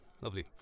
Lovely